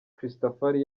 christafari